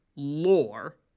lore